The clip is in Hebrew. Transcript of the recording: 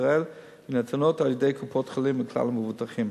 ישראל וניתנות על-ידי קופות-החולים לכלל המבוטחים.